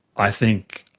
i think,